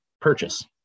purchase